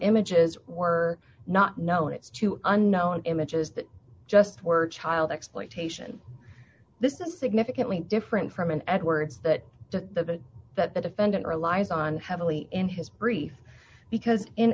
images were not known it's to unknown images that just were child exploitation this is significantly different from an edwards that the that the defendant relies on heavily in his brief because in